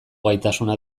gaitasuna